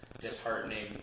disheartening